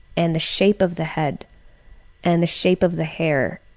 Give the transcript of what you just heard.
and the shape of the head and the shape of the hair,